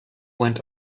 went